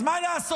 אז מה לעשות,